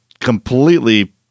completely